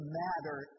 matter